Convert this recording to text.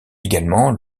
également